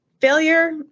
failure